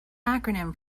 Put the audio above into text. acronym